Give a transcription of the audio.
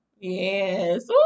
Yes